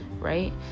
Right